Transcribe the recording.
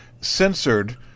censored